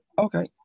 Okay